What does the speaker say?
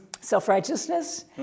self-righteousness